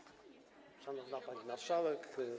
Szanowna Pani Marszałek!